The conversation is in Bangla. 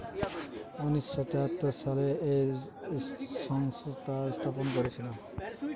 উনিশ শ তেয়াত্তর সালে এই সংস্থা স্থাপন করেছিল